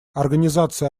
организация